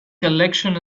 collection